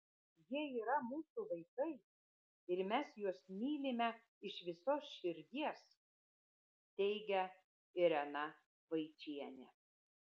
jie yra mūsų vaikai ir mes juos mylime iš visos širdies teigia irena vaičienė